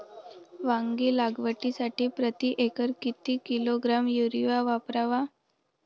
वांगी लागवडीसाठी प्रती एकर किती किलोग्रॅम युरिया वापरावा?